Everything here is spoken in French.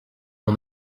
mon